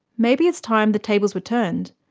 maybe it's time the tables were turned.